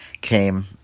came